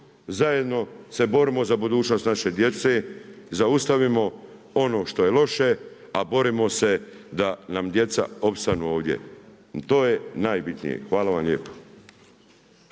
zajedno se borimo za budućnost naše djece, zaustavimo ono što je loše a borimo se da nam djeca opstanu ovdje. To je najbitnije. Hvala vam lijepo.